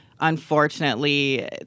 unfortunately